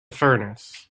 furnace